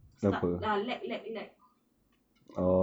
stuck ah lag lag lag